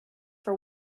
for